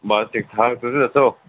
बस्स ठीक ठाक तुस दस्सो